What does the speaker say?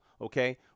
Okay